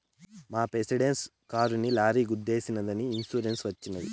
మా ప్రెసిడెంట్ కారుని లారీ గుద్దేశినాదని ఇన్సూరెన్స్ వచ్చినది